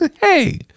Hey